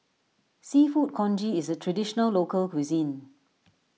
Seafood Congee is a Traditional Local Cuisine